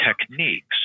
techniques